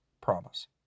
Promise